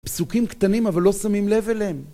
פסוקים קטנים, אבל לא שמים לב אליהם